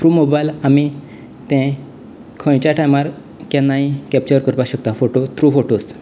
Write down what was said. through mobile आमी ते खंयच्याय टायमार केन्नाय कॅप्चर करपाक शकता फोटू थ्रू फोटूज